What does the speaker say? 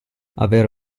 avere